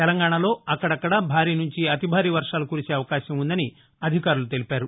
తెలంగాణాలో అక్కదక్కడా భారీ నుంచి అతి భారీ వర్షాలు కురిసే అవకాశం ఉందని అధికారులు తెలిపారు